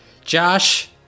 Josh